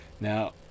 Now